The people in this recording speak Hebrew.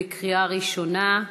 בקריאה ראשונה.